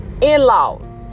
In-laws